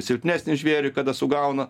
silpnesnį žvėrį kada sugauna